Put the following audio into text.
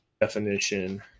definition